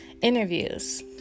interviews